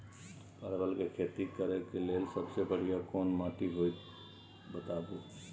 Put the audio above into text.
परवल के खेती करेक लैल सबसे बढ़िया कोन माटी होते बताबू?